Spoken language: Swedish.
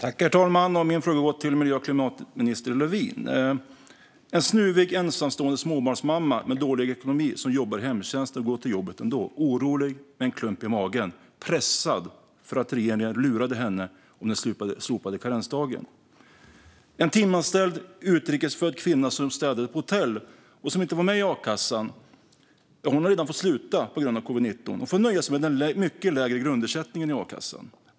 Herr talman! Min fråga går till miljö och klimatminister Lövin. En snuvig, ensamstående småbarnsmamma med dålig ekonomi som jobbar i hemtjänsten går till jobbet ändå, orolig och med en klump i magen, pressad för att regeringen lurade henne gällande den slopade karensdagen. En timanställd, utrikesfödd kvinna som städar på ett hotell och inte var med i akassan har redan fått sluta på grund av covid-19 och får nöja sig med den mycket lägre grundersättningen från a-kassan.